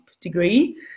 degree